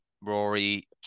Rory